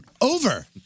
over